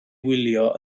wylio